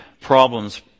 problems